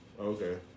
Okay